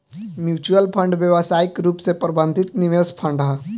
mutual fund व्यावसायिक रूप से प्रबंधित निवेश फंड ह